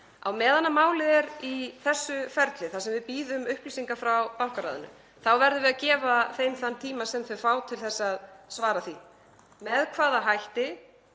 Á meðan málið er í þessu ferli, þar sem við bíðum upplýsinga frá bankaráðinu, þá verðum við að gefa þeim þann tíma sem þau fá til þess að svara því með hvaða hætti,